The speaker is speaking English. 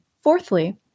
Fourthly